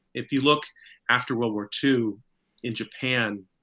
if you look after world war two in japan,